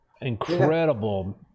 incredible